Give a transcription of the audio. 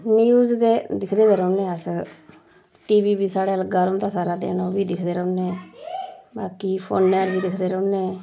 news ते दिखदे गै रौह्ने अस टी वी बी साढ़ा लगा रौंह्दा सारा दिन ओह् बी दिखदे रौह्न्ने बाकी फोनै र बी दिखदे रौह्न्ने